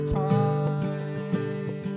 time